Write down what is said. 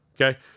Okay